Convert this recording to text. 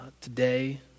today